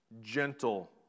Gentle